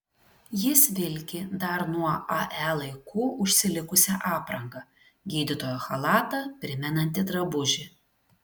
jis vilki dar nuo ae laikų užsilikusią aprangą gydytojo chalatą primenantį drabužį